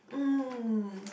mm